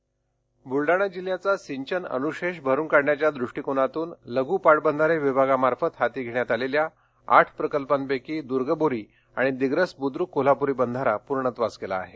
सिंचन अनुशेष बुलडाणा जिल्ह्याचा सिंचन वनुशेष भरून काढण्याच्या दृष्टीकोणातून लघू पाटबंधारे विभागामार्फत हाती घेण्यात आलेल्या आठ प्रकल्पांपैकी दुर्गबोरी आणि दिग्रस बुद्रूक कोल्हापूरी बंधारा पूर्णत्वास गेला आहे